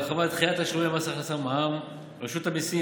הרחבת דחיית תשלומי מס הכנסה ומע"מ: רשות המיסים